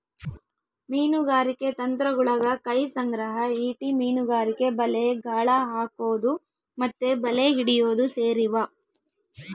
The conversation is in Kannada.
ಮೀನುಗಾರಿಕೆ ತಂತ್ರಗುಳಗ ಕೈ ಸಂಗ್ರಹ, ಈಟಿ ಮೀನುಗಾರಿಕೆ, ಬಲೆ, ಗಾಳ ಹಾಕೊದು ಮತ್ತೆ ಬಲೆ ಹಿಡಿಯೊದು ಸೇರಿವ